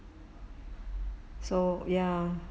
so ya